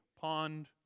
pond